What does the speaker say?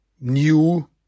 new